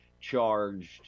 charged